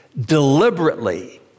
deliberately